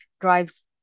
drives